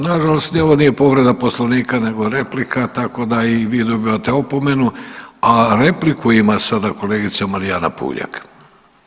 Nažalost ni ovo nije povreda Poslovnika nego replika tako da i vi dobivate opomenu, a repliku ima sada kolegica Marijana Puljak.